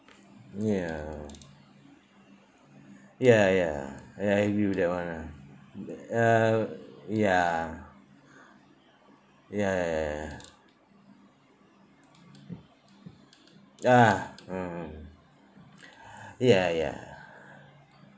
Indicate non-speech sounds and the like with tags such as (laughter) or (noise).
ya ya ya I agree with that one ah uh ya ya ya ya ya ah mm mm (breath) ya ya